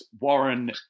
Warren